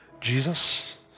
Jesus